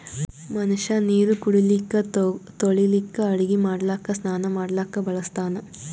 ಮನಷ್ಯಾ ನೀರು ಕುಡಿಲಿಕ್ಕ ತೊಳಿಲಿಕ್ಕ ಅಡಗಿ ಮಾಡ್ಲಕ್ಕ ಸ್ನಾನಾ ಮಾಡ್ಲಕ್ಕ ಬಳಸ್ತಾನ್